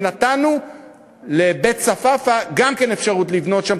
ונתנו לבית-צפאפא גם כן אפשרות לבנות שם,